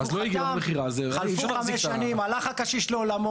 הקשיש חתם, חלפו חמש שנים, הוא הלך לעולמו.